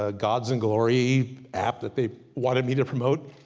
ah gods and glory app that they wanted me to promote.